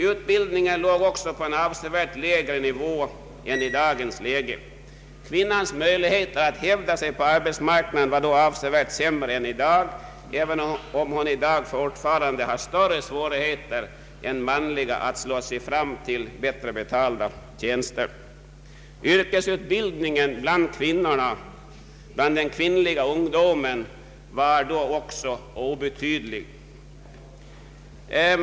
Utbildningen låg också på en avsevärt lägre nivå än i dagens läge. Kvinnans möjligheter att hävda sig på arbetsmarknaden var då avsevärt sämre än i dag, även om hon fortfarande har större svårigheter än mannen att slå sig fram till bättre betalda tjänster. Yrkesutbildningen bland de kvinnliga ungdomarna var då också obetydlig.